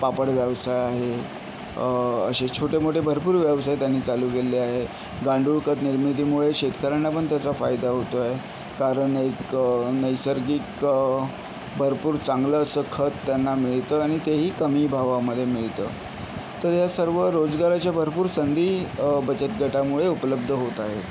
पापड व्यवसाय आहे असे छोटे मोठे भरपूर व्यवसाय त्यांनी चालू केले आहे गांडूळ खत निर्मितीमुळे शेतकऱ्यांनापण त्याचा फायदा होतो आहे कारण एक नैसर्गिक भरपूर चांगलंसं खत त्यांना मिळतं आणि तेही कमी भावामधे मिळतं तर या सर्व रोजगाराच्या भरपूर संधी बचत गटामुळे उपलब्ध होत आहे